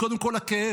קודם כול הכאב,